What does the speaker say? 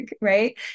Right